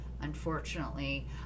Unfortunately